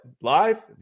Live